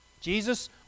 Jesus